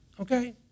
Okay